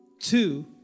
two